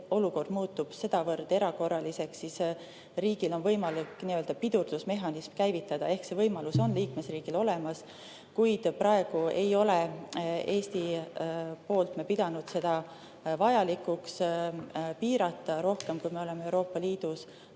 olukord muutub erakorraliseks, siis riigil on võimalik nii-öelda pidurdusmehhanism käivitada. Ehk see võimalus on liikmesriigil olemas, kuid praegu ei ole me Eestis pidanud seda vajalikuks piirata rohkem, kui me oleme Euroopa Liidus